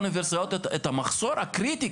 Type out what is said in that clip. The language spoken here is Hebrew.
עידית.